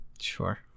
Sure